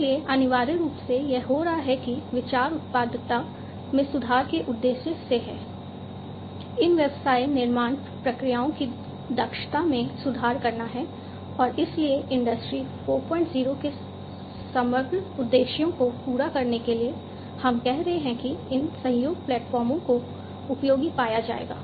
इसलिए अनिवार्य रूप से यह हो रहा है कि विचार उत्पादकता में सुधार के उद्देश्य से है इन व्यवसाय निर्माण प्रक्रियाओं की दक्षता में सुधार करना है और इसलिए इंडस्ट्री 40 के समग्र उद्देश्यों को पूरा करने के लिए हम कह रहे हैं कि इन सहयोग प्लेटफॉर्मस को उपयोगी पाया जाएगा